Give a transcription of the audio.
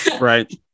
right